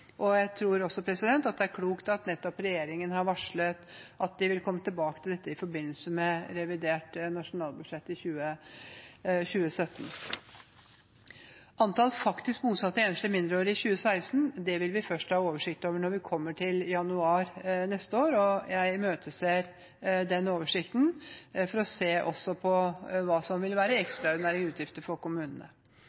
Jeg tror også det er klokt at regjeringen har varslet at den vil komme tilbake til dette i forbindelse med revidert nasjonalbudsjett for 2017. Antall faktisk bosatte enslige mindreårige i 2016 vil vi først ha oversikt over når vi kommer til januar neste år. Jeg imøteser den oversikten for å se på hva som vil være